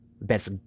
best